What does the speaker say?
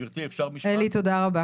תודה רבה.